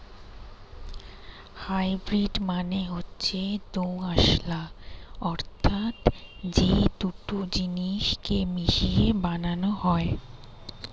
hybrid মানে হচ্ছে দোআঁশলা অর্থাৎ যেটা দুটো জিনিস কে মিশিয়ে বানানো হয়